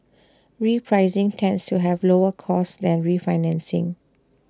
repricing tends to have lower costs than refinancing